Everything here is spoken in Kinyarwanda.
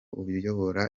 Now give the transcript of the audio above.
uyobora